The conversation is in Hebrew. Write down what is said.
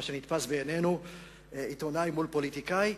מה שנתפס בעינינו עיתונאי מול פוליטיקאי.